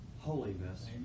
holiness